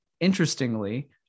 interestingly